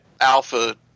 Alpha